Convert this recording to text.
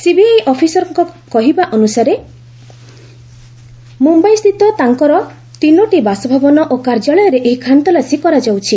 CBI ଅଫିସରମାନଙ୍କ କହିବା ଅନୁସାରେ ମ୍ରମ୍ଭାଇସ୍ଥିତ ତାଙ୍କର ତିନୋଟି ବାସଭବନ ଓ କାର୍ଯ୍ୟାଳୟରେ ଏହି ଖାନତଲାସି କରାଯାଉଛି